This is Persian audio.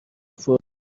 فوری